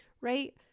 right